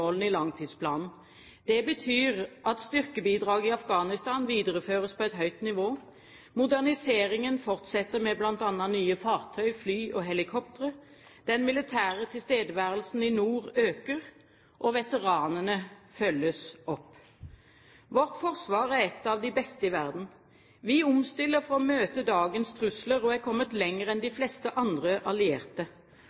i langtidsplanen. Det betyr at styrkebidraget i Afghanistan videreføres på et høyt nivå moderniseringen fortsetter med bl.a. nye fartøy, fly og helikoptre den militære tilstedeværelsen i nord øker veteranene følges opp Vårt forsvar er et av de beste i verden. Vi omstiller for å møte dagens trusler og er kommet lenger enn de